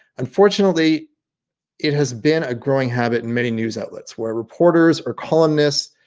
unfortunately it has been a growing habit in many news outlets where our reporters or columnist